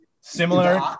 similar